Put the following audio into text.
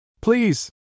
Please